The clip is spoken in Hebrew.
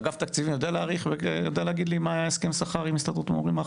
אגב תקציבים יודע להעריך ולהגיד לי מה היה הסכם השכר עם הסתדרות המורים?